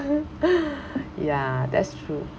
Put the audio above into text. ya that's true